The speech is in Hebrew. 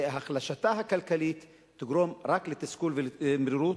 והחלשתה הכלכלית תגרום רק לתסכול ולמרירות.